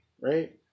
right